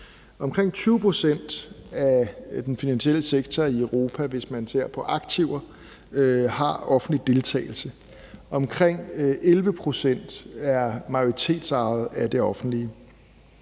Omkring 20 pct. af den finansielle sektor i Europa, har, hvis man ser på aktiver, offentlig deltagelse, og omkring 11 pct. er majoritetsejet af det offentlige,